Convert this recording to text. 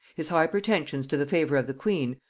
his high pretensions to the favor of the queen,